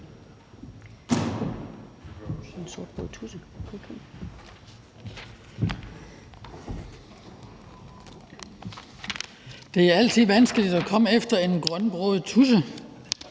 Det er altid vanskeligt at komme efter en grønbroget tudse,